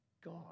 God